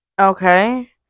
Okay